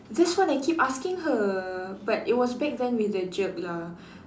that's why I keep asking her but it was back then with the jerk lah